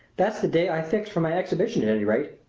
that's the day i've fixed for my exhibition at any rate.